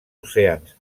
oceans